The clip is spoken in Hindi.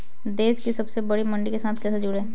देश की सबसे बड़ी मंडी के साथ कैसे जुड़ें?